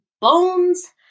bones